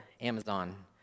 Amazon